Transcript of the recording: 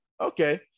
Okay